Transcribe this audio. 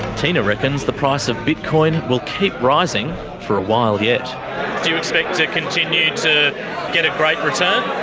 tina reckons the price of bitcoin will keep rising for a while yet. do you expect to continue to get a great return?